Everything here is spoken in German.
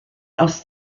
aus